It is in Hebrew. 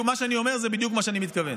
מה שאני אומר זה בדיוק מה שאני מתכוון.